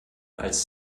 als